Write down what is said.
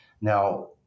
Now